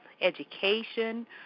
education